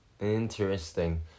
Interesting